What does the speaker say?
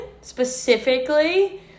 specifically